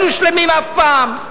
לא היינו שלמים אף פעם.